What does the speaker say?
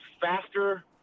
faster